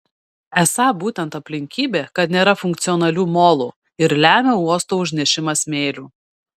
esą būtent aplinkybė kad nėra funkcionalių molų ir lemia uosto užnešimą smėliu